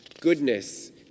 goodness